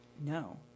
no